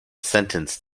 sentenced